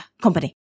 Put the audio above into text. company